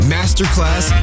Masterclass